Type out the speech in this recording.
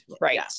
right